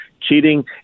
cheating